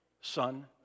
Son